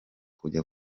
kujya